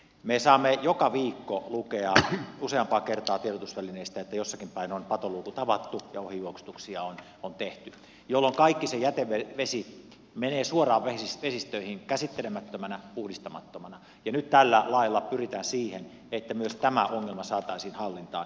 me saamme joka viikko lukea useampaan kertaan tiedotusvälineistä että jossakin päin on patoluukut avattu ja ohijuoksutuksia on tehty jolloin kaikki se jätevesi menee suoraan vesistöihin käsittelemättömänä puhdistamattomana ja nyt tällä lailla pyritään siihen että myös tämä ongelma saataisiin hallintaan